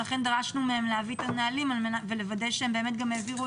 לכן דרשנו להביא את הנהלים ולוודא שהם העבירו